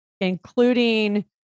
including